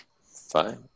Fine